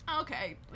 Okay